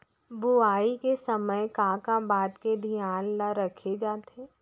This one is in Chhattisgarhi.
बुआई के समय का का बात के धियान ल रखे जाथे?